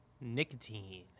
Nicotine